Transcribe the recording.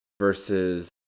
versus